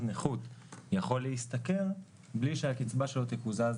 נכות יכול להשתכר בלי שהקצבה שלו תקוזז בכלל.